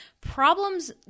problems